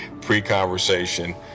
pre-conversation